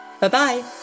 Bye-bye